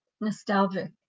nostalgic